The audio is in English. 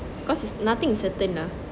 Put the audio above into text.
cause there's nothing is certain lah